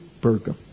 Berger